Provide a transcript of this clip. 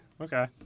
Okay